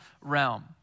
realm